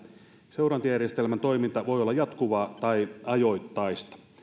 seurantajärjestelmän toiminta voi olla jatkuvaa tai ajoittaista